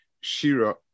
Shira